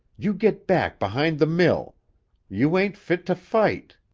you git back behind the mill you ain't fit to fight